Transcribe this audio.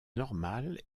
normal